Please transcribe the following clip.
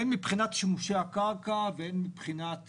הן מבחינת שימושי הקרקע והן מבחינת